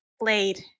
played